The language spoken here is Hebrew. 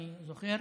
אני זוכר,